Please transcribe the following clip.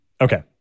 Okay